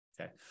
Okay